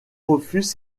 refuse